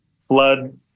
flood